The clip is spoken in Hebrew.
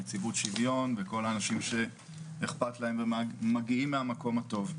נציבות שוויון וכל האנשים שאכפת להם ומגיעים מהמקום הטוב.